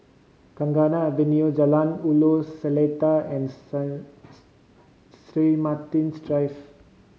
Avenue Jalan Ulu Seletar and Saints Three Martin's Drive